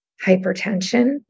hypertension